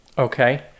Okay